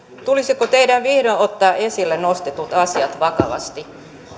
tulisiko teidän vihdoin ottaa esille nostetut asiat vakavasti